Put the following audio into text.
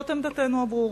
זאת עמדתנו הברורה.